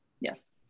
Yes